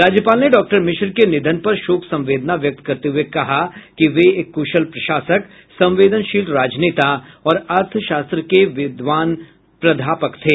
राज्यपाल ने डॉक्टर मिश्र के निधन पर शोक संवेदना व्यक्त करते हुए कहा कि वे एक कुशल प्रशासक संवेदनशील राजनेता और अर्थशास्त्र के विद्वान प्राध्यापक थे